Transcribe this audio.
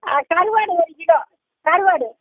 கருவாடு ஒரு கிலோ கருவாடு